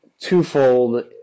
Twofold